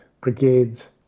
brigades